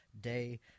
day